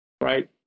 right